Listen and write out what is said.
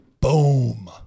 Boom